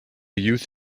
youth